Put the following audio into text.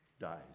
dies